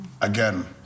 again